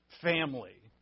family